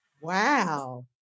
Wow